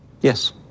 Yes